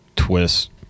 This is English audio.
twist